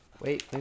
Wait